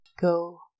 go